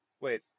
Wait